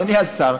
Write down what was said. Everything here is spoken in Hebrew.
אדוני השר,